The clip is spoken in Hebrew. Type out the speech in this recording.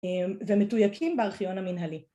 ‫ומתויקים בארכיון המנהלי.